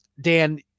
dan